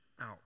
out